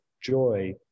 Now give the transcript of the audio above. joy